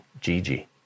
Gigi